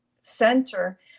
Center